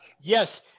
Yes